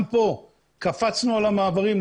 גם פה קפצנו על המעברים,